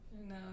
No